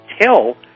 tell